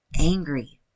angry